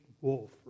wolf